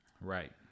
Right